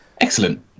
excellent